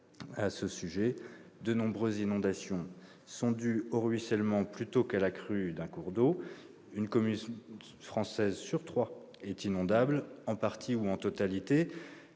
: de nombreuses inondations sont dues au ruissellement plutôt qu'à la crue d'un cours d'eau. Une commune française sur trois est inondable, en partie ou en totalité.